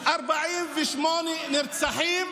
48 נרצחים,